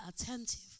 attentive